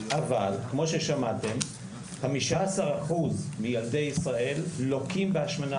אבל כמו ששמעתם 15% מילדי ישראל לוקים בהשמנה,